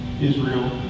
Israel